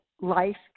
Life